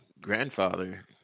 grandfather